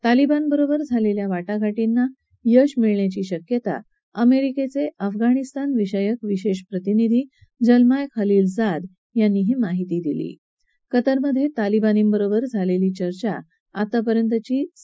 तालीबान बरोबर झालेल्या वाटाघाटींना यश येण्याची शक्यता अमेरिकेचे अफगाणिस्तान विषयक विशेष प्रतिनिधी जल्माय खलीलजाद यांनी ही माहिती दिली कतारमध्ये तालीबानीबरोबर झालेली चर्चा आतापर्यंतची सगळ्यात सांगितलं